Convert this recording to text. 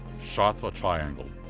chartres triangle.